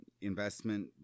investment